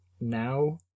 now